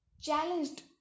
challenged